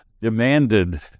demanded